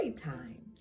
time